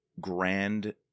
grand